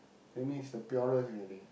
that means the purest already